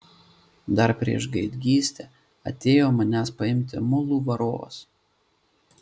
dar prieš gaidgystę atėjo manęs paimti mulų varovas